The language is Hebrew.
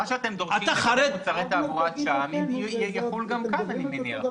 מה שאתם דורשים ממוצרי תעבורה שם יחול גם כאן אני מניח.